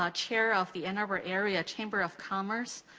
ah chair of the ann arbor area chamber of commerce,